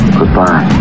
Goodbye